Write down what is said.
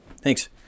Thanks